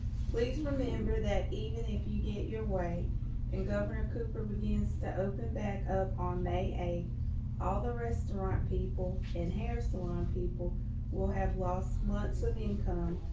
please remember that even if you get your way and governor cooper begins to open back up on a a all the restaurant people in hair salon people will have lost months of income.